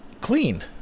clean